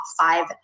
five